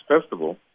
festival